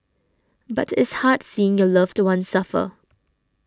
but it's hard seeing your loved one suffer